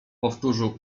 powtórzył